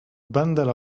bundle